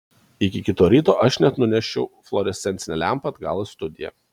iki kito ryto aš net nunešiau fluorescencinę lempą atgal į studiją